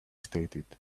stated